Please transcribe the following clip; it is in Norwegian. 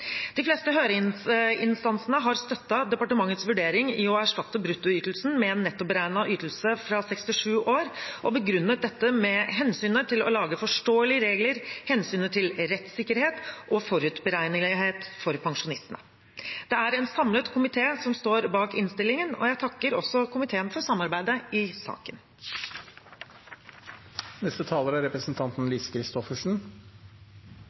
De fleste høringsinstansene har støttet departementets vurdering i å erstatte bruttoytelsen med en nettoberegnet ytelse fra 67 år og begrunnet dette med hensynet til å lage forståelige regler, hensynet til rettssikkerhet og forutberegnelighet for pensjonistene. Det er en samlet komité som står bak innstillingen, og jeg takker også komiteen for samarbeidet i saken.